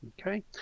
Okay